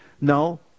No